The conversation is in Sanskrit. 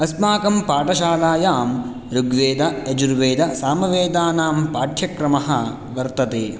अस्माकं पाठशालायां ऋग्वेदयजुर्वेदसामवेदानां पाठ्यक्रमः वर्तते